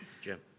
Jim